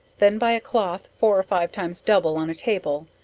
then by a cloth four or five times double on a table,